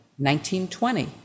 1920